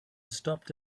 stopped